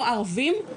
או ערבים,